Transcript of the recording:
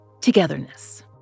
togetherness